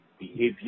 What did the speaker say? behavior